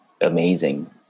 amazing